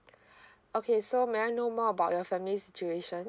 okay so may I know more about your family situation